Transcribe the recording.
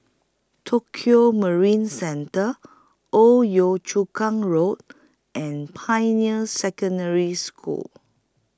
Tokio Marine Centre Old Yio Chu Kang Road and Pioneer Secondary School